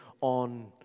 on